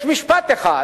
יש משפט אחד